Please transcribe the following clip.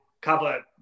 cover